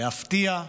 להפתיע,